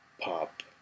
pop